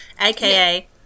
AKA